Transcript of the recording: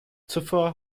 zuvor